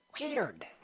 weird